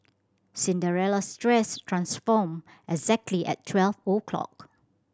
Cinderella's dress transformed exactly at twelve o'clock